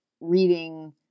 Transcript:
reading